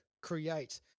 create